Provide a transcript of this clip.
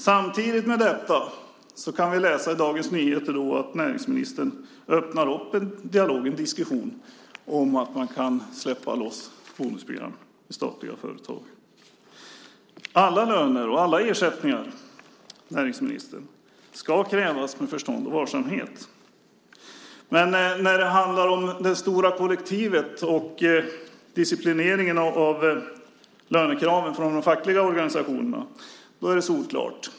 Samtidigt med detta kan vi läsa i Dagens Nyheter att näringsministern öppnar upp en diskussion om att man kan släppa loss bonusprogram i statliga företag. Alla löner och alla ersättningar ska krävas med förstånd och varsamhet, näringsministern. När det handlar om det stora kollektivet och disciplineringen av lönekraven från de fackliga organisationerna är det solklart.